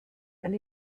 and